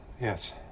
Yes